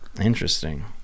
Interesting